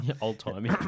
old-timey